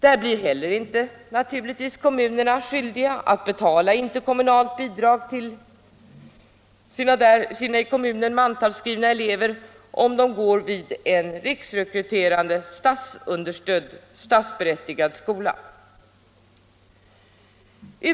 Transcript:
Kommunerna blir inte heller skyldiga att betala interkommunalt bidrag till i kommunen mantalsskrivna elever som går vid en riksrekryterande, statsbidragsberättigad skola.